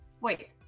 Wait